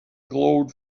glowed